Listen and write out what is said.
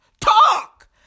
Talk